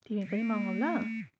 तिमी पनि मगाउ ल